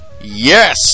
Yes